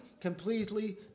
completely